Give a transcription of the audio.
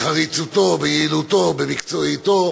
בחריצותו, ביעילותו, במקצועיותו